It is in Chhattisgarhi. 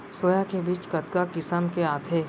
सोया के बीज कतका किसम के आथे?